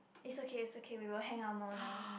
it's okay it's okay we will hang out more now